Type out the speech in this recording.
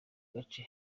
gace